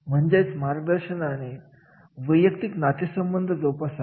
म्हणजेच मार्गदर्शकाने वैयक्तिक नातेसंबंध जोपासावे